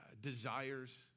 desires